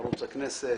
ערוץ הכנסת,